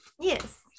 Yes